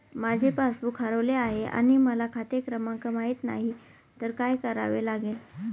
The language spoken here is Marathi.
माझे पासबूक हरवले आहे आणि मला खाते क्रमांक माहित नाही तर काय करावे लागेल?